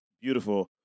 beautiful